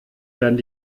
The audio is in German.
werden